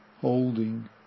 holding